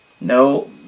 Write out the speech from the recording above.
No